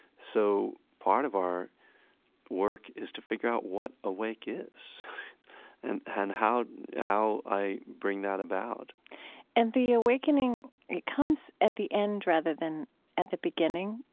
so part of our work is to figure out what awake is and how and how i bring that about and the awakening, it comes at the end rather than at the beginning.